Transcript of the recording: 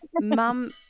mum